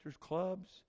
clubs